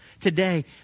today